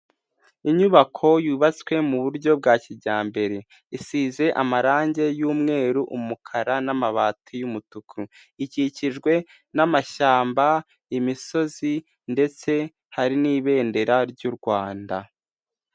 Inyubako yubatswe mu buryo bwa kijyambere. Isize amarangi y'umweru, umukara n'amabati y'umutuku. Ikikijwe n'amashyamba, imisozi ndetse hari n'ibendera ry'u Rwanda.